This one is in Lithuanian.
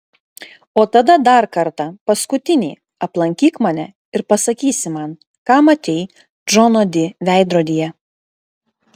o tada dar kartą paskutinį aplankyk mane ir pasakysi man ką matei džono di veidrodyje